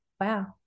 Wow